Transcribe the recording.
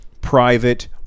private